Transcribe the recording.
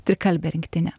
trikalbė rinktinė